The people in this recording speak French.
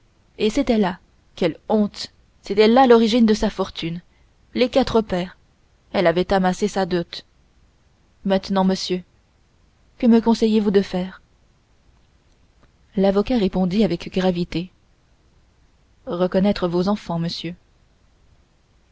et c'était là quelle honte c'était là l'origine de sa fortune les quatre pères elle avait amassé sa dot maintenant monsieur que me conseillez-vous de faire l'avocat répondit avec gravité reconnaître vos enfants monsieur